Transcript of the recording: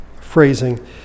phrasing